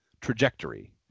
trajectory